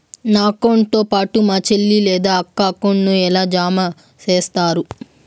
నా అకౌంట్ తో పాటు మా చెల్లి లేదా అక్క అకౌంట్ ను ఎలా జామ సేస్తారు?